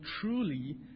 truly